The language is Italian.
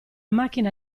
macchina